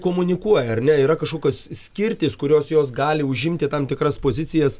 komunikuoja ar ne yra kažkokios skirtys kurios jos gali užimti tam tikras pozicijas